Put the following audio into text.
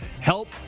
help